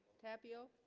tapio